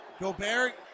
Gobert